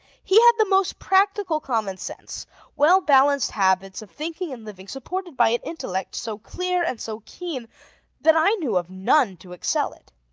he had the most practical common sense well-balanced habits of thinking and living, supported by an intellect so clear and so keen that i knew of none to excel it.